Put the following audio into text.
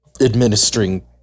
administering